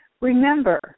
Remember